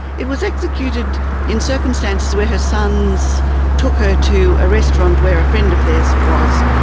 it was executed in circumstances where her sons took her to a restaurant where a friend of theirs was.